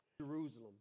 Jerusalem